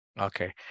Okay